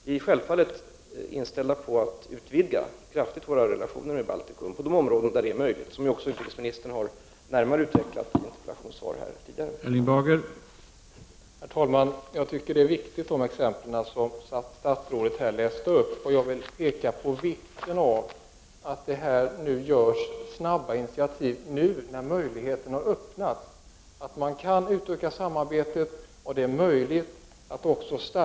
Vi är alltså inställda på att kraftigt utvidga våra relationer med Baltikum på de områden där det är möjligt. Detta har också utrikesministern närmare utvecklat i interpellationssvar tidigare.